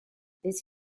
these